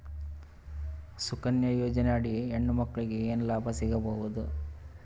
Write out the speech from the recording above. ಸುಕನ್ಯಾ ಯೋಜನೆ ಅಡಿ ಹೆಣ್ಣು ಮಕ್ಕಳಿಗೆ ಏನ ಲಾಭ ಸಿಗಬಹುದು?